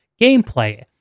gameplay